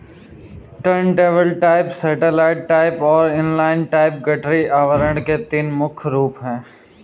turntable type, satellite type और inline type गठरी आवरण के तीन मुख्य रूप है